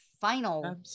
final